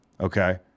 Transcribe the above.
Okay